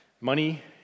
money